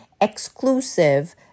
exclusive